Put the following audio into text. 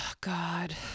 God